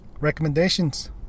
recommendations